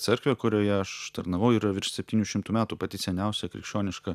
cerkvė kurioje aš tarnavau yra virš septynių šimtų metų pati seniausia krikščioniška